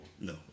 No